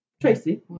Tracy